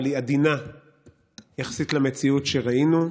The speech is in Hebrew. אבל היא עדינה יחסית למציאות שראינו,